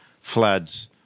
floods